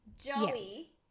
Joey